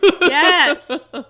Yes